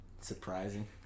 Surprising